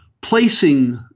placing